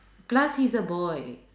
plus he's a boy